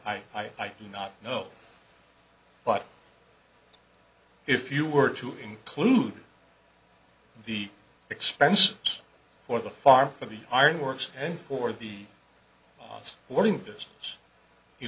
sooner i do not know but if you were to include the expense for the farm for the ironworks and for the